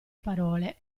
parole